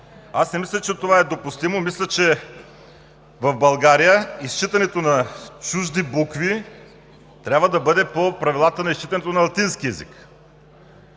Не мисля, че това е допустимо! Мисля, че в България изчитането на чужди букви трябва да бъде по правилата на изчитането на латински език.